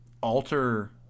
alter